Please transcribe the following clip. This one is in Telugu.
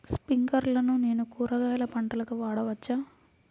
స్ప్రింక్లర్లను నేను కూరగాయల పంటలకు వాడవచ్చా?